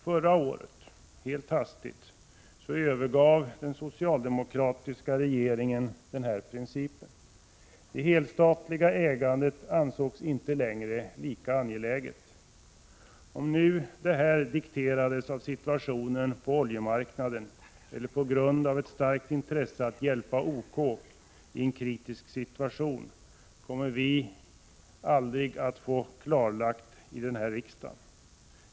Förra året — helt hastigt — övergav den socialdemokratiska regeringen den här principen. Det helstatliga ägandet ansågs inte längre lika angeläget. Om detta dikterades av situationen på oljemarknaden eller av ett starkt intresse för att hjälpa OK i en kritisk situation kommer vi aldrig att få klarlagt här i riksdagen.